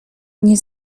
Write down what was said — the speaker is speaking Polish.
nie